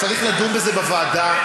צריך לדון בזה בוועדה.